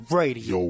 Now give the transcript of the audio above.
radio